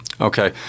Okay